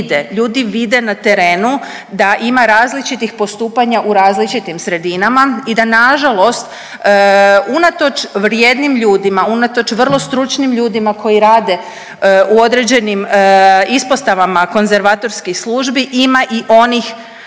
ljudi vide na terenu da ima različitih postupanja u različitim sredinama i da na žalost unatoč vrijednim ljudima, unatoč vrlo stručnim ljudima koji rade u određenim ispostavama konzervatorskih službi ima i onih